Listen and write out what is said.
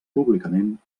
públicament